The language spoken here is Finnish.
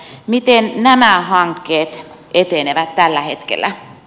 miten nämä hankkeet etenevät tällä hetkellä